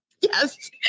yes